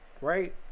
right